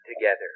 together